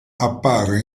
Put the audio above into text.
appare